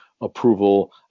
approval